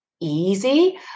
easy